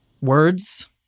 words